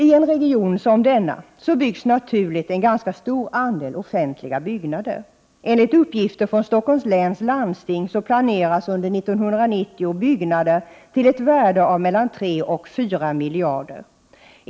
I en region som denna byggs naturligt en ganska stor andel offentliga byggnader. Enligt uppgifter från Stockholms läns landsting planeras under 1990 byggnader till ett värde av mellan 3 och 4 miljarder.